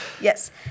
Yes